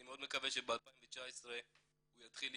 אני מאוד מקווה שבשנת 2019 הוא יתחיל להכנס.